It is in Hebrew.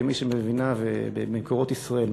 כמי שמבינה במקורות ישראל,